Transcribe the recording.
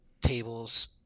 tables